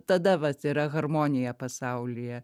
tada vat yra harmonija pasaulyje